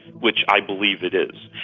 which i believe it is.